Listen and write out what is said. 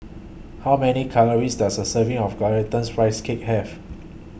How Many Calories Does A Serving of Glutinous Rice Cake Have